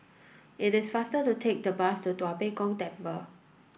it is faster to take the bus to Tua Pek Kong Temple